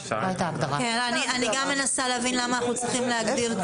גם אני מנסה להבין למה אנחנו צריכים להגדיר כלוב.